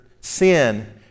sin